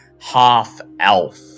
half-elf